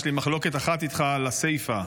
יש לי מחלוקת אחת איתך על הסיפא,